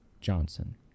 Johnson